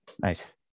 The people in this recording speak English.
Nice